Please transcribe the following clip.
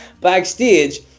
backstage